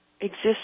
exists